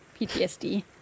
PTSD